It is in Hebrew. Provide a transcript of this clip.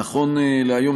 נכון להיום,